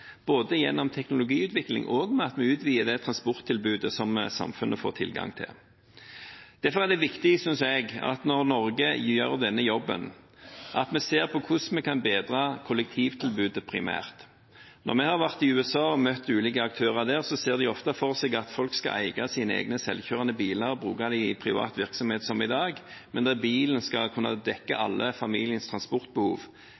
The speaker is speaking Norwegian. gjennom teknologiutvikling og ved at vi utvider transporttilbudet som samfunnet får tilgang til. Derfor synes jeg det er viktig at vi, når Norge gjør denne jobben, primært ser på hvordan vi kan bedre kollektivtilbudet. Når vi har vært i USA og møtt ulike aktører der, ser de ofte for seg at folk skal eie sine egne selvkjørende biler og bruke dem i privat virksomhet, som i dag, der bilen skal kunne dekke